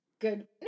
Good